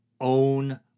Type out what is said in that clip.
own